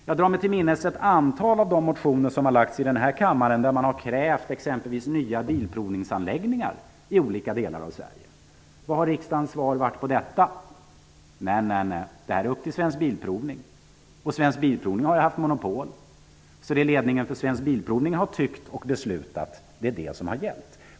Jag drar mig till minnes ett antal av de motioner som i denna kammare har framlagts, där man har krävt exempelvis nya bilprovningsanläggningar i olika delar av Sverige. Vad har riksdagens svar varit på detta? Nej, nej, det här är upp till Svensk Bilprovning. Svensk Bilprovning har haft monopol, så det som Svensk Bilprovning har tyckt och beslutat är vad som har gällt.